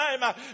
time